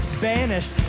banished